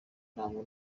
ntabwo